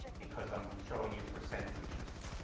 because i'm showing you percentages.